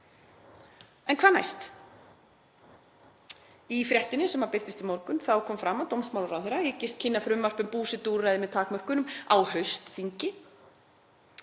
En hvað næst? Í fréttinni sem birtist í morgun kom fram að dómsmálaráðherra hyggist kynna frumvarp um búsetuúrræði með takmörkunum á haustþingi.